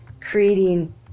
creating